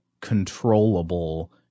controllable –